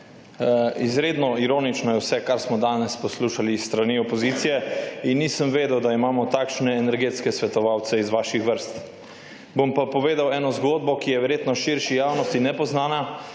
Izredno ironično je vse, kar smo danes poslušali s strani opozicije, in nisem vedel, da imamo takšne energetske svetovalce v vaših vrstah. Bom pa povedal eno zgodbo, ki je verjetno širši javnosti neznana,